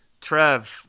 trev